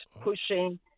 pushing